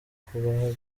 kuba